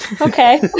Okay